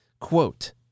Quote